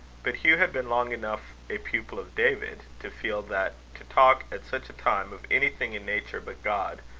but hugh had been long enough a pupil of david to feel that to talk at such a time of anything in nature but god,